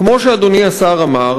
כמו שאדוני השר אמר,